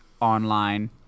online